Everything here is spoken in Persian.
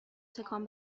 تکان